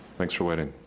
thanks for waiting.